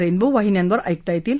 rainbow वाहिन्यांवर ऐकता येईल